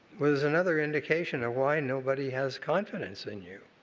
was another indication of why nobody has confidence in you.